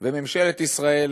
וממשלת ישראל,